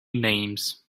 names